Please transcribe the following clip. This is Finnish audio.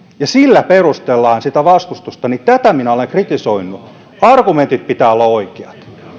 ja sillä perustellaan sitä vastustusta niin tätä minä olen kritisoinut argumenttien pitää olla oikeat